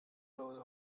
those